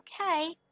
Okay